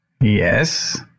Yes